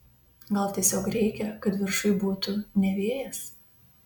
gal tiesiog reikia kad viršuj būtų ne vėjas